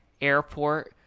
airport